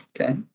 Okay